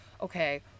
okay